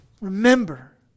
Remember